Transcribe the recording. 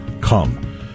come